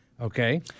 okay